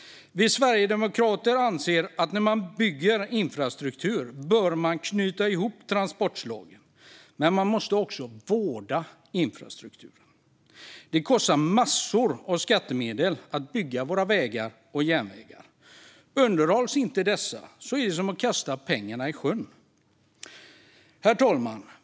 Vi sverigedemokrater anser att man bör knyta ihop transportslagen när man bygger infrastruktur. Men man måste också vårda infrastrukturen. Det kostar massor av skattemedel att bygga våra vägar och järnvägar, och underhålls de inte är det som att kasta pengarna i sjön. Herr talman!